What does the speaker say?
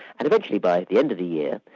and eventually, by the end of the year,